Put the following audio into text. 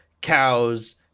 cows